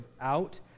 out